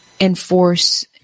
enforce